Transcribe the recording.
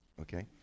okay